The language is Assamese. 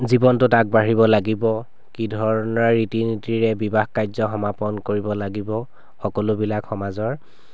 জীৱনটোত আগবাঢ়িব লাগিব কি ধৰণৰ ৰীতি নীতিৰে বিবাহ কাৰ্য সমাপন কৰিব লাগিব সকলোবিলাক সমাজৰ